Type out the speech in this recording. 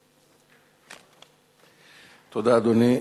תודה, אדוני.